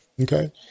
Okay